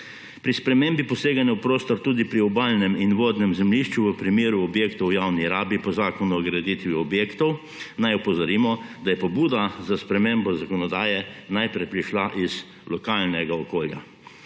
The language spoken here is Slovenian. Pri spremembi poseganja v prostor tudi pri obalnem in vodnem zemljišču v primeru objektov v javni rabi po Zakonu o graditvi objektov naj opozorimo, da je pobuda za spremembo zakonodaje najprej prišla iz lokalnega okolja.